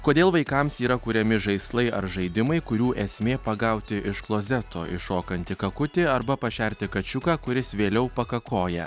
kodėl vaikams yra kuriami žaislai ar žaidimai kurių esmė pagauti iš klozeto iššokanti kakutį arba pašerti kačiuką kuris vėliau pakakoja